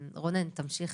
רונן, תמשיך.